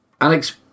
Alex